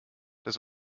des